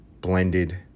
blended